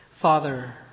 Father